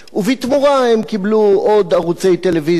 ובתמורה הם קיבלו עוד ערוצי טלוויזיה,